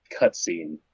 cutscene